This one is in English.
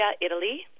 Italy